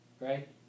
Right